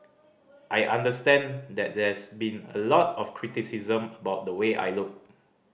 I understand that there's been a lot of criticism about the way I look